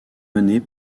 menée